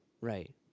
Right